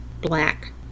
black